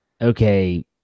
okay